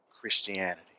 Christianity